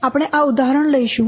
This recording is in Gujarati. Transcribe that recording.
આપણે આ ઉદાહરણ લઈશું